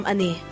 Ani